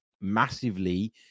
massively